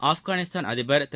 ஆப்கானிஸ்தான் அதிபர் திரு